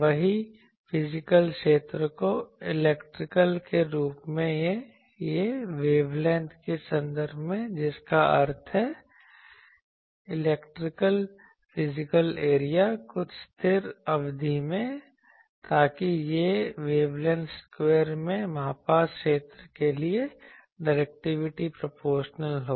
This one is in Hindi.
वही फिजिकल क्षेत्र जो इलेक्ट्रिकल के रूप में या वेवलेंथ के संदर्भ में है जिसका अर्थ है इलेक्ट्रिकल फिजिकल क्षेत्र कुछ स्थिर अवधि में ताकि यह वेवलेंथ स्क्वायर में मापा क्षेत्र के लिए डायरेक्टिविटी प्रोपोर्शनल हो